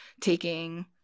taking